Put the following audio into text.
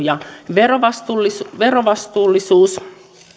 ja verovastuullisuus verovastuullisuus